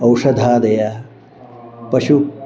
औषधादयः पशुः